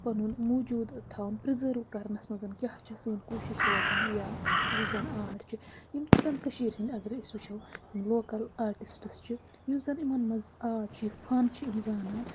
پَنُن موٗجوٗد تھاوُن پِرٛزٲرٕو کَرنَس منٛز کیٛاہ چھےٚ سٲنۍ کوٗشِش روزان یا یُس زَن آٹ چھُ یِم تہِ زَن کٔشیٖرِ ہِنٛدۍ اَگرَے أسۍ وٕچھو یِم لوکَل آٹِسٹٕس چھِ یُس زَن یِمَن منٛز آٹ چھُ یہِ فَن چھِ یِم زانان